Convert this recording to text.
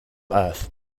earth